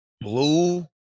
blue